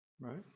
right